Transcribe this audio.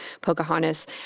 Pocahontas